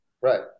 Right